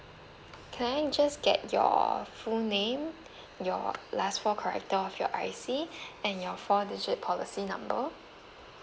can I just get your full name your last four character of your I_C and your four digit policy number